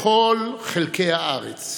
בכל חלקי הארץ.